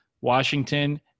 Washington